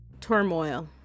turmoil